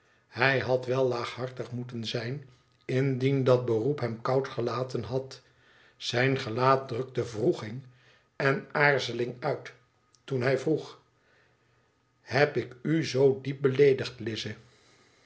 hij had wel laaghartig moeten zijn indien dat herroep hem koud gelaten had zijn gelaat drukte wroeging en aarzeling uit toen hij vroeg heb ik u zoo diep beleedigd